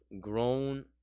grown